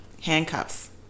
handcuffs